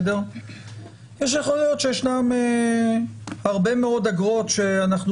יכול להיות שישנן הרבה מאוד אגרות שאנחנו